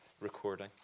recording